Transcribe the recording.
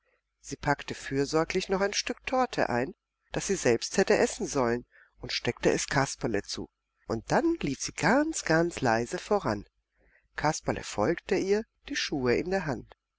sie packte fürsorglich noch ein stück torte ein das sie selbst hätte essen sollen und steckte es kasperle zu und dann lief sie ganz ganz leise voran kasperle folgte ihr die schuhe in der hand